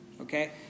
Okay